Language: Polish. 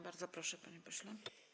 Bardzo proszę, panie pośle.